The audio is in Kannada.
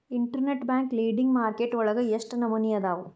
ಇನ್ಟರ್ನೆಟ್ ಬ್ಯಾಂಕ್ ಲೆಂಡಿಂಗ್ ಮಾರ್ಕೆಟ್ ವಳಗ ಎಷ್ಟ್ ನಮನಿಅದಾವು?